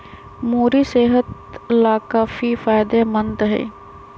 मूरी सेहत लाकाफी फायदेमंद हई